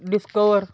discover